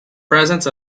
presents